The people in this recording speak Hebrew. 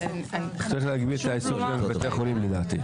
צריך להגביל את העיסוק שלהם בבתי חולים, לדעתי.